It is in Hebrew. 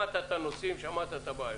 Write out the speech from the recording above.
שמעת את הנושאים, שמעת את הבעיות.